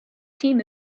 team